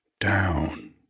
Down